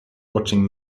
watching